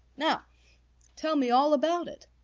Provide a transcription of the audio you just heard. now tell me all about it,